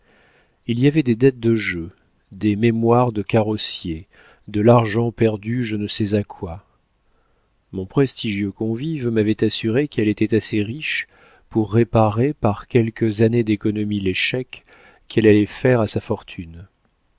il y avait des dettes de jeu des mémoires de carrossier de l'argent perdu je ne sais à quoi mon prestigieux convive m'avait assuré qu'elle était assez riche pour réparer par quelques années d'économie l'échec qu'elle allait faire à sa fortune